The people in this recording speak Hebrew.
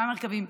מה מרכיבים,